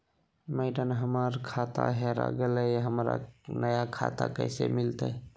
madam, हमर खाता हेरा गेलई, हमरा नया खाता कैसे मिलते